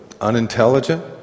unintelligent